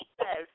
yes